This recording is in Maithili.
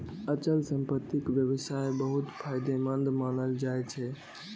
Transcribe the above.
अचल संपत्तिक व्यवसाय बहुत फायदेमंद मानल जाइ छै